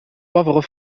pauvre